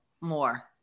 more